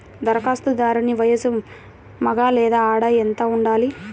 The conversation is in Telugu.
ధరఖాస్తుదారుని వయస్సు మగ లేదా ఆడ ఎంత ఉండాలి?